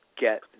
get